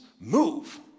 move